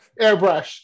Airbrush